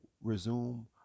resume